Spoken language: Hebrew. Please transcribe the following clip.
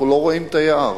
אנחנו לא רואים את היער.